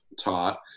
taught